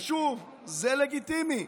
ושוב, זה לגיטימי,